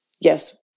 yes